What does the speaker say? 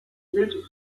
mit